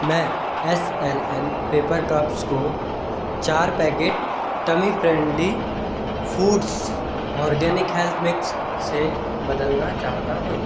मैं S L N paper cups को चार packet tummy friendly foods organic health mix से बदलना चाहता हूँ